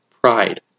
pride